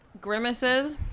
grimaces